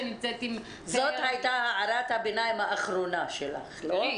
זאת הייתה הערת הביניים האחרונה שלך, לא?